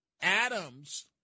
Adams